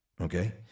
okay